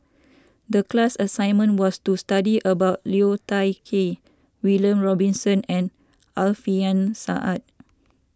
the class assignment was to study about Liu Thai Ker William Robinson and Alfian Sa'At